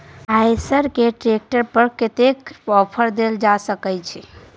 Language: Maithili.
आयसर के ट्रैक्टर पर कतेक के ऑफर देल जा सकेत छै?